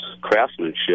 craftsmanship